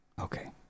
Okay